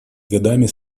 годами